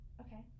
Okay